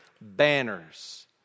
banners